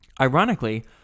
Ironically